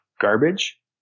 garbage